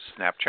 Snapchat